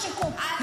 לשיקום.